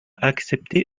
accepté